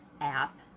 app